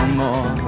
more